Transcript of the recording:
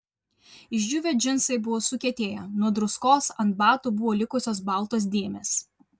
išdžiūvę džinsai buvo sukietėję nuo druskos ant batų buvo likusios baltos dėmės